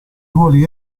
ruoli